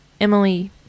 Emily